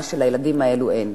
מה שלילדים האלה אין.